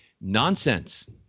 Nonsense